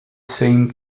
same